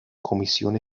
comisión